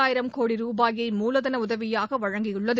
ஆயிரம் கோடி ரூபாயை மூலதன உதவியாக வழங்கியுள்ளது